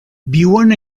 viuen